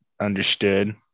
understood